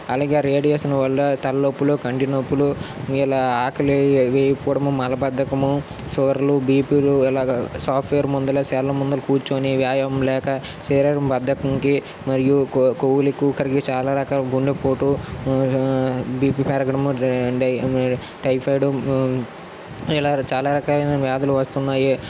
అలాగే ఆ రేడియేషన్ వల్ల తల నొప్పులు కంటి నొప్పులు ఇలా ఆకలి వేయకపోవడము మలబద్దకము షుగర్లు బీపీలు ఇలాగా సాఫ్ట్వేర్ ముందలే సెల్ ముందర కూర్చొని వ్యాయామం లేక శరీరం బద్ధకానికి మరియు కొవ్వులు ఎక్కువగా కరిగి చాలా రకాల గుండెపోటు బీపీ పెరగడము లేదంటే టైఫాయిడ్ ఇలా చాలా రకాలైన వ్యాధులు వస్తున్నాయి